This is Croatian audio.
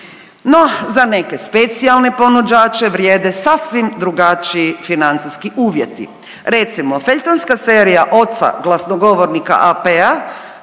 No, za neke specijalne ponuđače vrijede sasvim drugačiji financijski uvjeti. Recimo feljtonska serija oca glasnogovornika AP-a